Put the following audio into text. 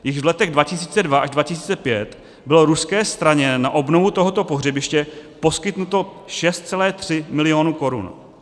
Již v letech 2002 až 2005 bylo ruské straně na obnovu tohoto pohřebiště poskytnuto 6,3 mil. korun.